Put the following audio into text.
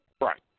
Right